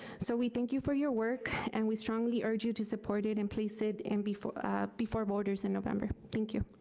so we thank you for your work and we strongly urge you to support it and place it and before before voters in november. thank you.